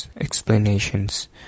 explanations